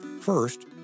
First